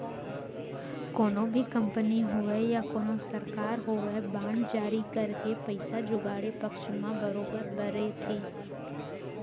कोनो भी कंपनी होवय या कोनो सरकार होवय बांड जारी करके पइसा जुगाड़े पक्छ म बरोबर बरे थे